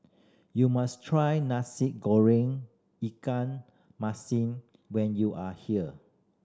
you must try Nasi Goreng ikan masin when you are here